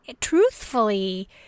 truthfully